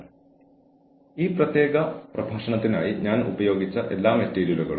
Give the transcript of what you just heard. അതിനാൽ ഇത്തരത്തിലുള്ള തെറ്റായ പെരുമാറ്റത്തെക്കുറിച്ച് നിങ്ങൾ അറിഞ്ഞാൽ നിങ്ങൾ എന്തുചെയ്യണം